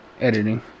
Editing